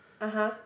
(uh huh)